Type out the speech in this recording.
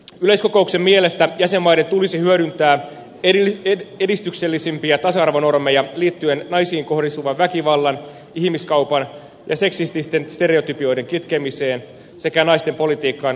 yleiskokouksen mielestä jäsenmaiden tulisi hyödyntää edistyksellisimpiä tasa arvonormeja liittyen naisiin kohdistuvan väkivallan ihmiskaupan ja seksististen stereotypioiden kitkemiseen sekä naisten politiikkaan osallistumisen edistämiseen